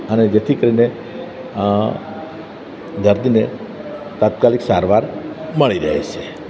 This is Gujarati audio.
અને જેથી કરીને દર્દીને તાત્કાલિક સારવાર મળી રહે છે